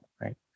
right